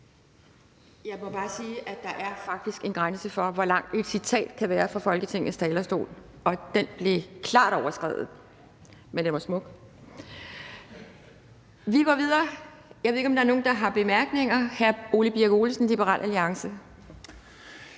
Jeg må bare sige, at der faktisk er en grænse for, hvor langt et citat kan være fra Folketingets talerstol, og den blev klart overskredet. Men det var smukt. Vi går videre. Jeg ved ikke, om der er nogle, der har korte bemærkninger. Det har hr. Ole Birk Olesen, Liberal Alliance.